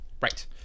Right